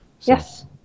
Yes